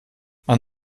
man